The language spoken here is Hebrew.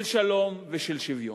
של שלום ושל שוויון.